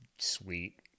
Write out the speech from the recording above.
sweet